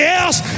else